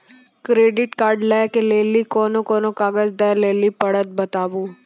Credit card लै के लेली कोने कोने कागज दे लेली पड़त बताबू?